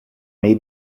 may